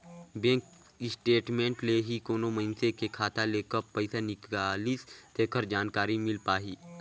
bank statement ले ही कोनो मइनसे के खाता ले कब पइसा निकलिसे तेखर जानकारी मिल पाही